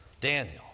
Daniel